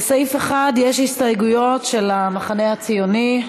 לסעיף 1 יש הסתייגויות של המחנה הציוני.